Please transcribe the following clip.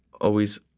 always,